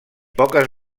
poques